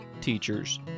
teachers